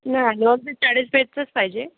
नाय चाळीस पेजचंच पाहिजे